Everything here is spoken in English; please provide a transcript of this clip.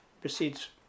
proceeds